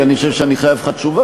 כי אני חושב שאני חייב לך תשובה,